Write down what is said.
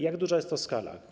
Jak duża jest to skala?